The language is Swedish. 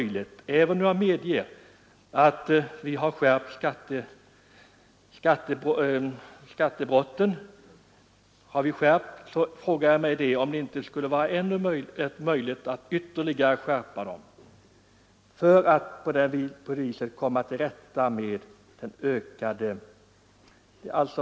Jag medger att straffen har skärpts, men borde det inte vara möjligt att ytterligare skärpa dem för att på det sättet förhindra skatteflykt?